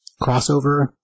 Crossover